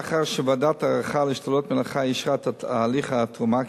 לאחר שוועדת הערכה להשתלות מן החי אישרה את הליך התרומה,